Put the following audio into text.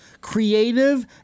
creative